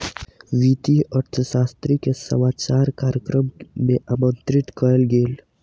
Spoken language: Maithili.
वित्तीय अर्थशास्त्री के समाचार कार्यक्रम में आमंत्रित कयल गेल